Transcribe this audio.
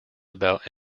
about